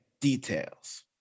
Details